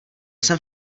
jsem